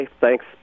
thanks